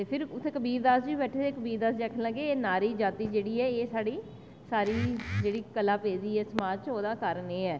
फिर इत्थें कबीर दास होर बैठे दे कबीर दास होर आक्खन लगे कि आजादी जेह्ड़ी ऐ एह् सारी कलह पेदी समाज च एह्दा कारण एह् ऐ